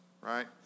right